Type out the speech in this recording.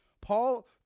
paul